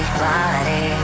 body